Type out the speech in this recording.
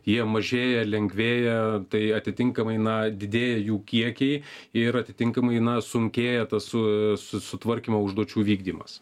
jie mažėja lengvėja tai atitinkamai na didėja jų kiekiai ir atitinkamai na sunkėja tas su sutvarkymo užduočių vykdymas